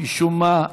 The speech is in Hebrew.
משום מה,